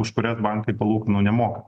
už kurias bankai palūkanų nemoka